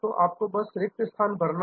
तो आपको बस रिक्त स्थान भरना है